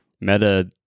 Meta